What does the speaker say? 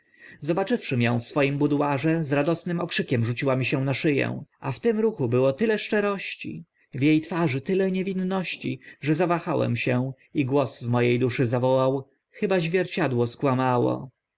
zobaczywszy mię w swoim buduarze z radosnym okrzykiem rzuciła mi się na szy ę a w tym ruchu było tyle szczerości w e twarzy tyle niewinności że zawahałem się i głos w mo e duszy zawołał chyba zwierciadło skłamało